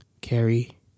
Carrie